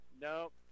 nope